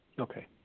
Okay